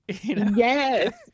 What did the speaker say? Yes